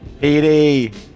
PD